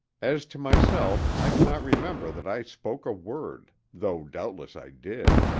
as to myself i cannot remember that i spoke a word, though doubtless i did.